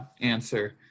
answer